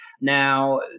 Now